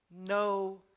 No